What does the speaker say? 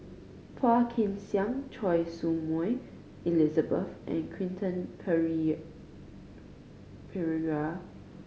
Phua Kin Siang Choy Su Moi Elizabeth and Quentin Pereira